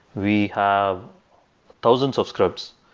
we have thousands of scripts,